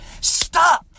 stop